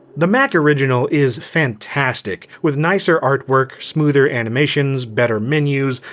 the mac original is fantastic, with nicer artwork, smoother animations, better menus,